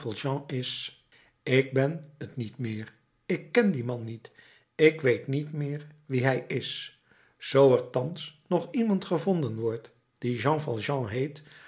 is ik ben t niet meer ik ken dien man niet ik weet niet meer wie hij is zoo er thans nog iemand gevonden wordt die jean valjean heet